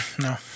No